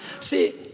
See